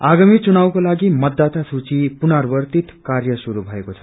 आगामी चुनावको लागि मतदाता सूचि पुनावर्तित कार्य शुरू भएको छ